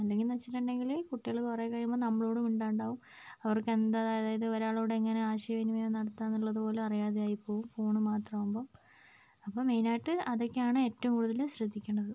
അല്ലെങ്കിലെന്ന് വെച്ചിട്ടുണ്ടെങ്കിൽ കുട്ടികൾ കുറെ കഴിയുമ്പോൾ നമ്മളോടും മിണ്ടാണ്ടാവും അവർക്കെന്താ അതായത് ഒരാളോട് എങ്ങനെ ആശയവിനിമയം നടത്താം എന്നുള്ളതുപോലും അറിയാതെയായി പോവും ഫോണ് മാത്രമാകുമ്പം അപ്പോൾ മെയിൻ ആയിട്ട് അതൊക്കെയാണ് ഏറ്റവും കൂടുതൽ ശ്രദ്ധിക്കേണ്ടത്